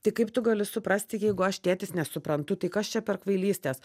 tai kaip tu gali suprasti jeigu aš tėtis nesuprantu tai kas čia per kvailystės